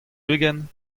ugent